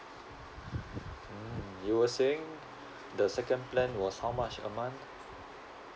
mm you were saying the second plan was how much a month